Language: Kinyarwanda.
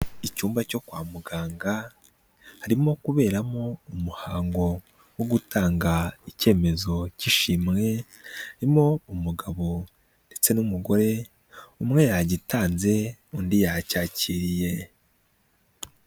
Icyumba cyo kwa muganga harimo kuberamo umuhango wo gutanga icyemezo k'ishimwe, harimo umugabo ndetse n'umugore umwe yagitanze undi yacyakiriye.